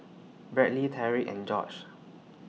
Bradley Tarik and Jorge